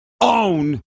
own